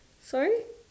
sorry